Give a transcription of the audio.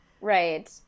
Right